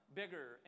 bigger